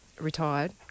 retired